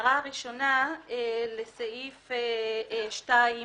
ההערה הראשונה לסעיף 2 הראשון.